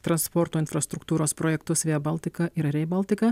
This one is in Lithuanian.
transporto infrastruktūros projektus via baltica ir rail baltica